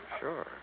sure